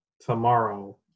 tomorrow